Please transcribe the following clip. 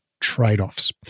trade-offs